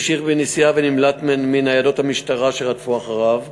המשיך בנסיעה ונמלט מניידות המשטרה שרדפו אחריו